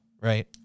right